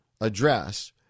address